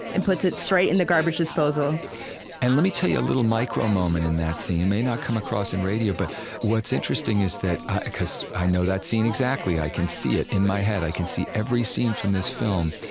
and puts it straight in the garbage disposal and let me tell you a little micro-moment in that scene. it may not come across in radio, but what's interesting is that because i know that scene exactly. i can see it in my head. i can see every scene from this film.